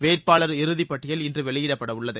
வேட்பாளர் இறதி பட்டியல் இன்று வெளியிடப்பட உள்ளது